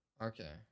okay